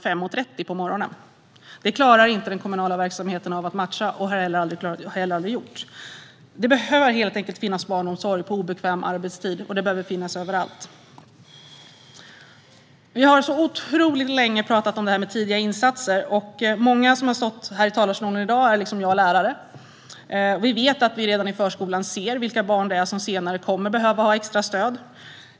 5.30 på morgonen. Det klarar inte den kommunala verksamheten av att matcha och har heller aldrig gjort. Det behöver helt enkelt finnas barnomsorg på obekväm arbetstid, och det behöver finnas överallt. Vi har talat om tidiga insatser otroligt länge, och många som har stått här i talarstolen i dag är liksom jag lärare. Vi vet att vi redan i förskolan ser vilka barn det är som senare kommer att behöva extra stöd.